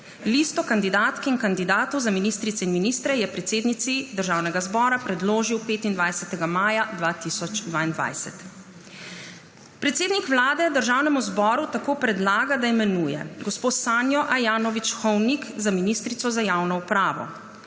Listo kandidatk in kandidatov za ministrice in ministre je predsednici Državnega zbora predložil 25. maja 2022. Predsednik Vlade Državnemu zboru tako predlaga, da imenuje: gospo Sanjo Ajanović Hovnik za ministrico za javno upravo,